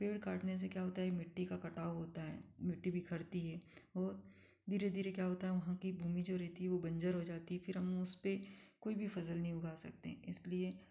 पेड़ काटने से क्या होता है मिट्टी का कटाव होता है मिट्टी बिखरती है और धीरे धीरे क्या होता है वहाँ की भूमि जो रहती है वह बंजर हो जाती है फिर हम उस पर कोई भी फसल नहीं उगा सकते इसलिए